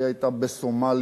היא היתה בסומליה,